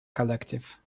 collective